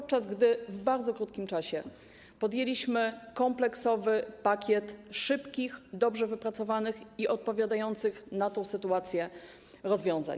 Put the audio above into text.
Tymczasem w bardzo krótkim czasie podjęliśmy kompleksowy pakiet szybkich, dobrze wypracowanych i odpowiadających na tę sytuację rozwiązań.